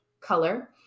color